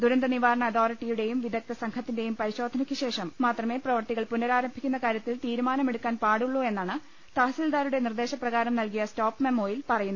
ദുരന്ത നിവാരണ അതോറിറ്റിയുടെയും വിദഗ്ധ സംഘത്തിന്റെയും പരിശോധനയ്ക്ക് ശേഷം മാത്രമേ പ്രവൃത്തികൾ പുനഃരാരംഭിക്കുന്ന കാര്യത്തിൽ തീരു മാനമെടുക്കാൻ പാടുളളൂ എന്നാണ് തഹസീൽദാരുടെ നിർദ്ദേശപ്രകാരം നൽകിയ സ്റ്റോപ്മെമ്മോയിൽ പറയു ന്നത്